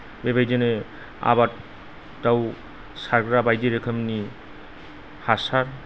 बेबायदिनो आबादाव सारग्रा बायदि रोखोमनि हासार